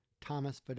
Thomas